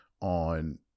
on